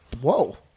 Whoa